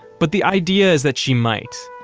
but the idea is that she might.